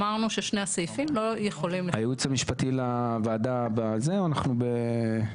אמנו ששני הסעיפים לא יכולים --- הייעוץ המשפטי לוועדה יכול לענות?